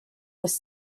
was